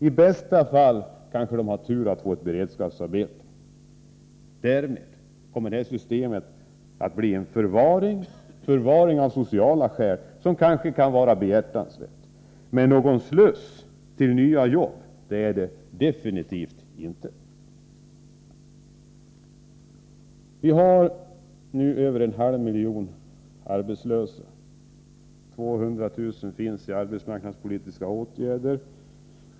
I bästa fall kanske de har turen att få ett beredskapsarbete. Därmed kommer systemet att bli en förvaring av sociala skäl. Det kanske kan vara behjärtansvärt, men någon sluss till nya jobb är det absolut inte. Vi har nu över en halv miljon arbetslösa. 200 000 finns i arbetsmarknadspolitiska åtgärder.